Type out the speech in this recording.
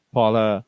Paula